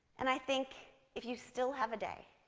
and i think if you still have a day,